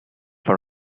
for